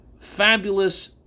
fabulous